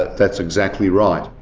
that's exactly right.